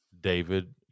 David